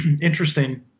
interesting